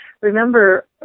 Remember